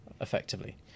effectively